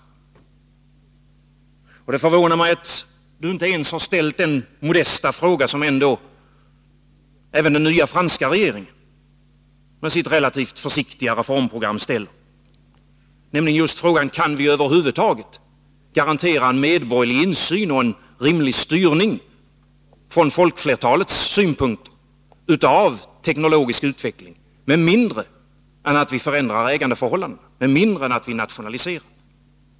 Det förvånar mig att han inte ens har ställt den modesta fråga som t.o.m. den nya franska regeringen med sitt relativt försiktiga reformprogram ställer: Kan vi över huvud taget garantera en medborgerlig insyn och en rimlig styrning från folkflertalets synpunkt av teknologisk utveckling med mindre än att vi förändrar ägandeförhållandena, med mindre än att vi nationaliserar?